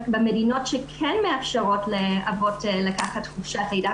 במדינות שכן מאפשרות לאבות לקחת חופשת לידה,